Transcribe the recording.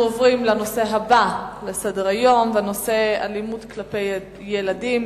אנחנו עוברים לנושא הבא בסדר-היום: אלימות כלפי ילדים,